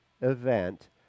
event